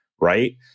right